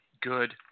Good